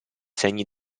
segni